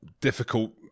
difficult